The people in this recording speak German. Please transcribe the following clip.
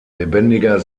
lebendiger